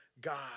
God